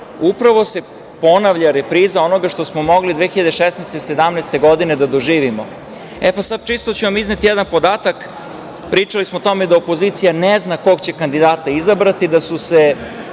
upravo se ponavlja repriza onoga što smo mogli 2016, 2017. godine da doživimo. Sada ću vam čisto izneti jedan podatak, pričali smo o tome da opozicija ne zna kog će kandidata izabrati, da su se